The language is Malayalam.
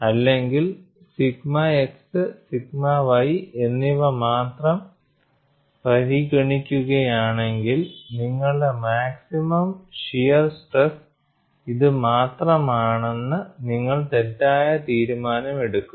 അല്ലെങ്കിൽ സിഗ്മ x സിഗ്മ y എന്നിവ മാത്രം പരിഗണിക്കുകയാണെങ്കിൽ നിങ്ങളുടെ മാക്സിമം ഷിയർ സ്ട്രെസ് ഇത് മാത്രമാണെന്ന് നിങ്ങൾ തെറ്റായ തീരുമാനമെടുക്കും